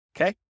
Okay